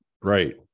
right